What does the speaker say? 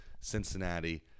Cincinnati